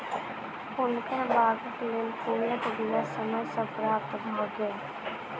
हुनकर बागक लेल फूलक बीया समय सॅ प्राप्त भ गेल